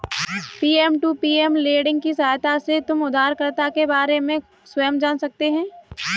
peer to peer lending की सहायता से तुम उधारकर्ता के बारे में स्वयं जान सकते हो